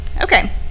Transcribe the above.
Okay